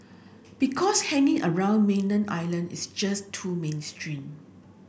because hanging around mainland Island is just too mainstream